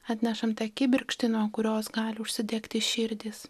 atnešam tą kibirkštį nuo kurios gali užsidegti širdys